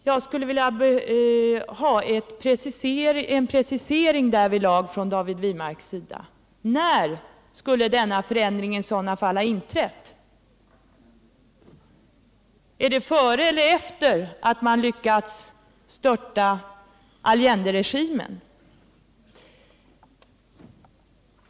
Jag skulle därvidlag vilja har en precisering av David Wirmark. När skulle den förändringen i så fall ha inträtt? Var det före eller efter det att man hade lyckats störta Allenderegimen?